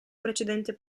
precedente